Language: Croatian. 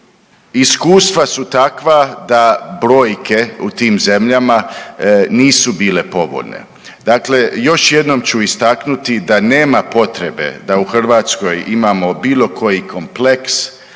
iskustva su takva da brojke u tim zemljama nisu bile povoljne. Dakle, još jednom ću istaknuti da nema potrebe da u Hrvatskoj imamo bilo koji kompleks